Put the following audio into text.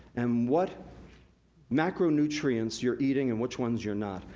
and what macro-nutrients you're eating and which ones your not.